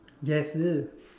guess this